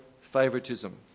favoritism